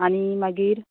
आनी मागीर